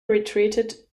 retreated